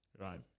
Right